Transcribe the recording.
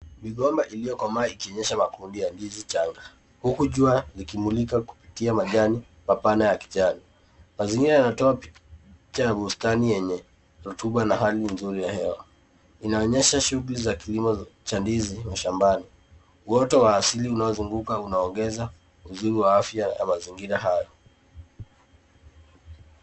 Migomba iliyokomaa ikionyesha makundi ya ndizi changa huku jua likimulika kupitia majani mapana ya kijani. Mazingira yanatoa picha ya bustani yenye rotuba na hali nzuri ya hewa. Inaonyesha shughuli za kilimo cha ndizi mashambani. Uota wa asili unaozunguka unaongeza uzuri wa afya ya mazingira hayo.